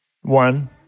One